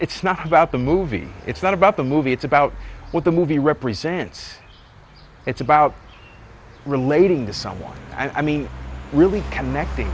not about the movie it's not about the movie it's about what the movie represents it's about relating to someone i mean really connect